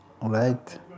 right